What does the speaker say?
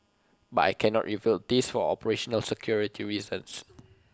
but I cannot reveal this for operational security reasons